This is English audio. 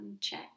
check